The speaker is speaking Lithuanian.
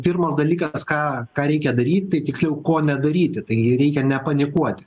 pirmas dalykas ką ką reikia daryt tai tiksliau ko nedaryti tai reikia nepanikuoti